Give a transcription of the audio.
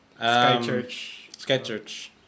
Skychurch